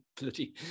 bloody